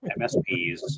MSPs